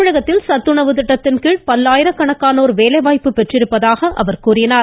தமிழகத்தில் சத்துணவு திட்டத்தின் கீழ் பல்லாயிரக்கணக்கானோர் வேலைவாய்ப்பு பெற்றிருப்பதாக கூறினார்